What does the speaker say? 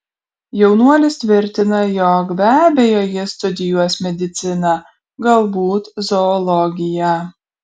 jaunuolis tvirtina jog be abejo jis studijuos mediciną galbūt zoologiją